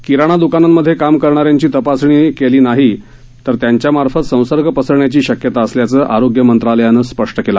किराणा दुकानांमध्ये काम करणाऱ्यांची तपासणी न केल्यास त्यांच्यामार्फत संसर्ग पसरण्याची शक्यता असल्याचं आरोग्य मंत्रालयानं सांगितलं